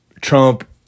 Trump